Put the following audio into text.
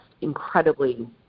incredibly